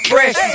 Fresh